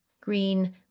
green